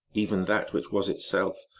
even that which was itself,